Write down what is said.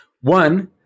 One